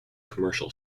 commercial